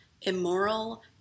immoral